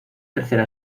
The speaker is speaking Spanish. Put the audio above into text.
tercera